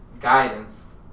guidance